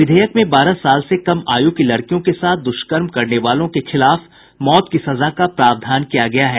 विधेयक में बारह साल से कम आयु की लड़कियों के साथ दुष्कर्म करने वालों के खिलाफ मौत की सजा का प्रावधान किया गया है